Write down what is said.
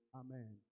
amen